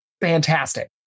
fantastic